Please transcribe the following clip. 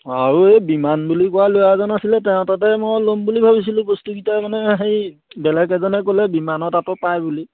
আৰু এই বিমান বুলি কোৱা ল'ৰা এজন আছিলে তেওঁৰ তাতে মই ল'ম বুলি ভাবিছিলোঁ বস্তুকেইটা মানে সেই বেলেগ এজনে ক'লে বিমানৰ তাতো পায় বুলি